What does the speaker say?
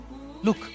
look